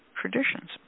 traditions